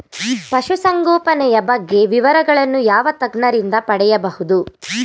ಪಶುಸಂಗೋಪನೆಯ ಬಗ್ಗೆ ವಿವರಗಳನ್ನು ಯಾವ ತಜ್ಞರಿಂದ ಪಡೆಯಬಹುದು?